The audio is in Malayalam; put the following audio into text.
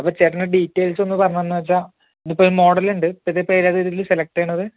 അപ്പോൾ ചേട്ടൻ്റെ ഡീറ്റെയിൽസ് ഒന്ന് പറഞ്ഞു തന്ന് വെച്ചാൽ ഇതിപ്പോൾ മോഡൽ ഉണ്ട് ഇതിപ്പോൾ ഏതാ ഇതിൽ സെലക്ട് ചെയ്യുന്നത്